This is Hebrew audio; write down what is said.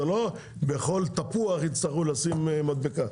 זה לא שעל כל תפוח יצטרכו לשים מדבקה.